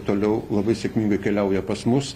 toliau labai sėkmingai keliauja pas mus